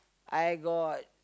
I got